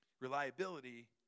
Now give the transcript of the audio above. reliability